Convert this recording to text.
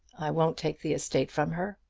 i won't take the estate from her.